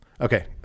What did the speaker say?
okay